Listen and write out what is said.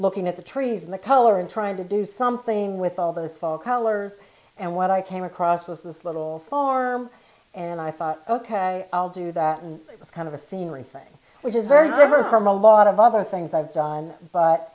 looking at the trees and the color and trying to do something with all those folks hollers and what i came across was this little farm and i thought ok i'll do that and it was kind of a scenery thing which is very different from a lot of other things i've done but